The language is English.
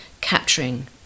capturing